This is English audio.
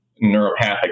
neuropathic